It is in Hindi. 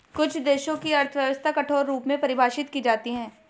कुछ देशों की अर्थव्यवस्था कठोर रूप में परिभाषित की जाती हैं